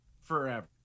forever